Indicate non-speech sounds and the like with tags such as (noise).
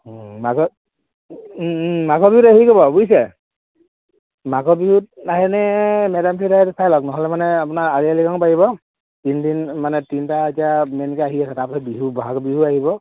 (unintelligible)